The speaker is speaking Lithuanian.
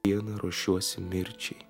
dieną ruošiuosi mirčiai